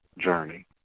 journey